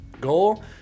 goal